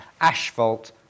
Asphalt